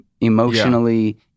emotionally